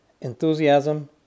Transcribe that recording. Enthusiasm